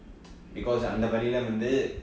because அந்த வகைல வந்து:antha vagaila vanthu